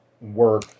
work